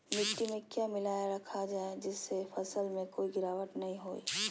मिट्टी में क्या मिलाया रखा जाए जिससे फसल में कोई गिरावट नहीं होई?